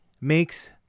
makes